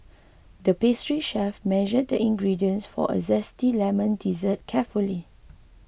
the pastry chef measured the ingredients for a Zesty Lemon Dessert carefully